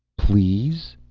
please?